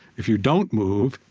if you don't move,